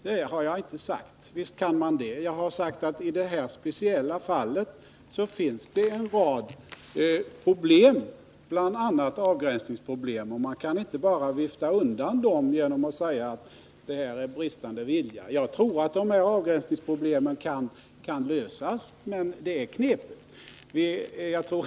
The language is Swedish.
Det har jag aldrig sagt. Visst kan man det! Jag har sagt att i det här speciella fallet finns det en rad problem, bl.a. avgränsningsproblem, och att man inte bara kan vifta undan dem genom att säga att det är fråga om bristande vilja. Jag tror att de avgränsningsproblemen kan lösas men att det blir knepigt.